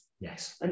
Yes